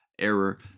error